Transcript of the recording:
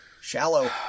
Shallow